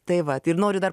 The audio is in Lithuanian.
tai vat ir noriu dar